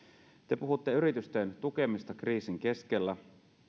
te puhutte yritysten tukemisesta kriisin keskellä